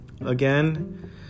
again